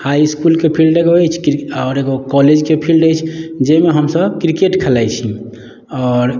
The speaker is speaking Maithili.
हाइ इस्कुलके फिल्ड एगो अछि आओर एगो कॉलेजके फील्ड अछि जाहिमे हमसभ क्रिकेट खेलाइत छी आओर